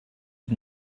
did